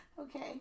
Okay